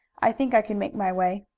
i think i can make my way.